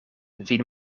vin